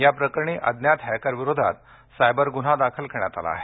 याप्रकरणी अज्ञात हॅकर विरोधात सायबर गुन्हा दाखल करण्यात आला आहे